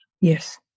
yes